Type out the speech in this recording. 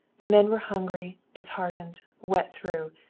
the men were hungry, disheartened, wet through.